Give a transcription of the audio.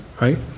right